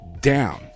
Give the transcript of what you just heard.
Down